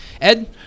Ed